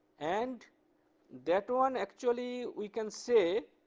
and that one, actually we can say,